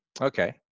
Okay